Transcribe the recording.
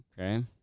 Okay